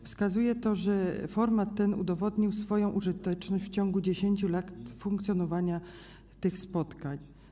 Wskazuje to, że format ten udowodnił swoją użyteczność w ciągu 10 lat funkcjonowania tych spotkań.